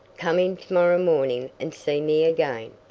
come in to-morrow morning and see me again.